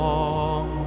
Long